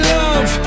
love